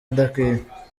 adakwiye